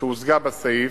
שהוצגה בסעיף,